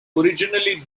originally